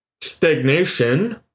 stagnation